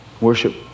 worship